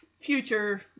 future